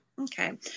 okay